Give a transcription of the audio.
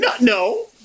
No